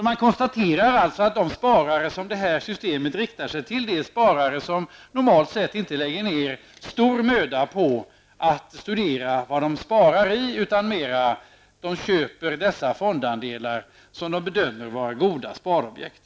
Man konstaterar att de sparare som detta system riktar sig till är sparare som normalt sett inte lägger ned stor möda på att studera vad de sparar i, utan mer köper fondandelar som de bedömer vara goda sparobjekt.